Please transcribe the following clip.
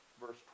Verse